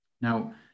Now